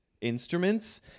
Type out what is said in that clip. instruments